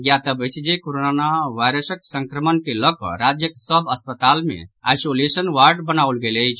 ज्ञातव्य अछि जे कोरोना वायरस संक्रमण के लऽ कऽ राज्यक सभ अस्पताल मे आइसोलेशन वार्ड बनाओल गेल अछि